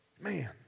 man